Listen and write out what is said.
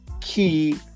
key